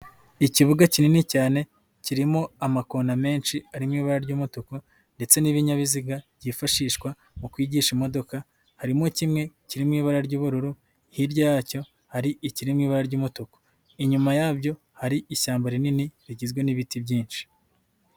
Ikibuga kinini cyane kirimo amakona menshi arimo ibara ry'umutuko ndetse n'ibinyabiziga byifashishwa mu kwigisha imodoka, harimo kimwe kirimo ibara ry'ubururu, hirya yacyo hari ikirimo ibara ry'umutuku, inyuma yabyo hari ishyamba rinini rigizwe n'ibiti byinshi.